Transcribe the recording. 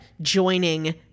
joining